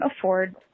afford